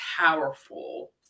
powerful